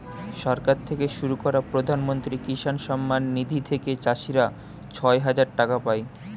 সরকার থেকে শুরু করা প্রধানমন্ত্রী কিষান সম্মান নিধি থেকে চাষীরা ছয় হাজার টাকা পায়